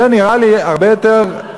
זה נראה לי הרבה יותר,